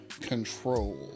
control